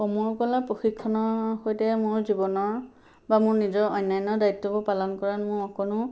সমৰকলা প্ৰশিক্ষণৰ সৈতে মোৰ জীৱনৰ বা মোৰ নিজৰ অন্যান্য দ্বায়িত্ববোৰ পালন কৰাত মোৰ অকনো